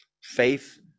faith